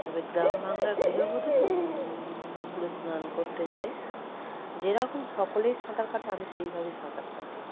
তবে গ্রাম বাংলার গৃহবধূ তো পুকুরে স্নান করতে যাই যেরকম সকলেই সাঁতার কাটে আমি সেভাবেই সাঁতার কাটি